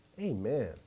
Amen